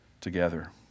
together